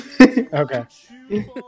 Okay